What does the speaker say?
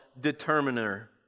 determiner